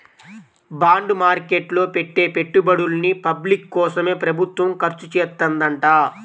bond market లో పెట్టే పెట్టుబడుల్ని పబ్లిక్ కోసమే ప్రభుత్వం ఖర్చుచేత్తదంట